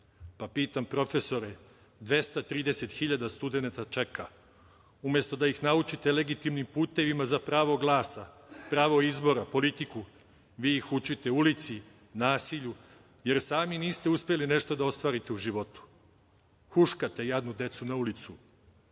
pa pitam profesore – 230.000 studenata čeka. Umesto da ih naučite legitimnim putevima za pravo glasa, pravo izbora, politiku vi ih učite ulici, nasilju jer sami niste uspeli nešto da ostvarite u životu. Huškate jadnu decu na ulicu